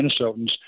minnesotans